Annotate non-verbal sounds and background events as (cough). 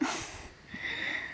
(laughs) (breath)